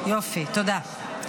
יופי, תודה.